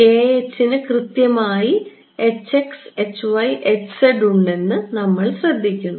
k h ന് കൃത്യമായി ഉണ്ടെന്ന് ഞങ്ങൾ ശ്രദ്ധിക്കുന്നു